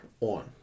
on